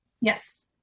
Yes